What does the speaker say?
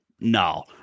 no